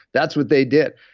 that's what they did.